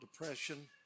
depression